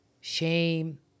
Shame